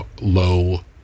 low